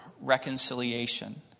reconciliation